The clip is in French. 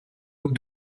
nous